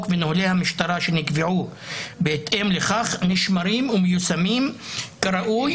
ונוהלי המשטרה שנקבעו בהתאם לכך נשמרים ומיושמים כראוי,